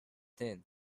thin